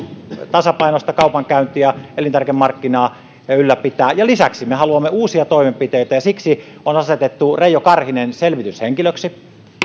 tasapainoista kaupankäyntiä elintarvikemarkkinaa ylläpitää lisäksi me haluamme uusia toimenpiteitä ja siksi on asetettu reijo karhinen selvityshenkilöksi